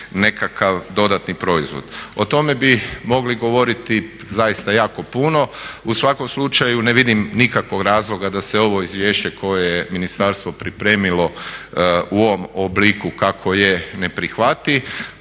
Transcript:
nekakav dodatni proizvod. O tome bi mogli govoriti zaista jako puno. U svakom slučaju ne vidim nikakvog razloga da se ovo izvješće koje je ministarstvo pripremilo u ovom obliku kako je ne prihvati.